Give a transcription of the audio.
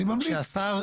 אני ממליץ,